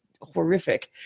horrific